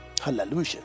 Hallelujah